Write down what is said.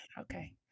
Okay